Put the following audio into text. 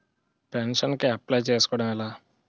Pension కి apply చేసుకోవడం ఎలా?